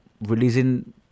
releasing